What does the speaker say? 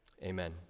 Amen